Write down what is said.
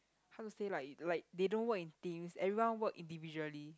how to say like like they don't work in teams everyone work individually